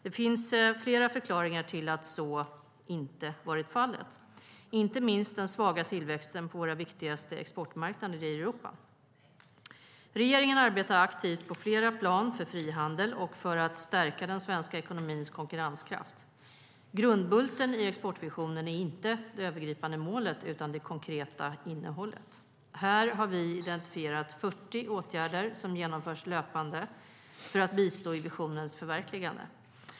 Det finns flera förklaringar till att så inte varit fallet, inte minst den svaga tillväxten på våra viktigaste exportmarknader i Europa. Regeringen arbetar aktivt på flera plan för frihandel och för att stärka den svenska ekonomins konkurrenskraft. Grundbulten i exportvisionen är inte det övergripande målet, utan det konkreta innehållet. Här har vi identifierat 40 åtgärder som genomförs löpande för att bistå i visionens förverkligande.